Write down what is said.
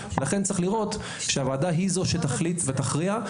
לכן צריך לראות שהוועדה היא זו שתחליט ותכריע,